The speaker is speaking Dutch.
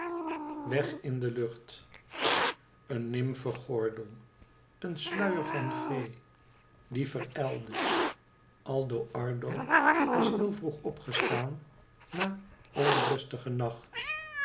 weg in de lucht een nymfegordel een sluicr van fee die verijlde aldo ardo was heel vroeg opgestaan na onrustigen nacht